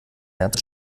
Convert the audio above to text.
märz